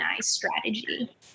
strategy